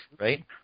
Right